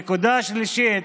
הנקודה השלישית.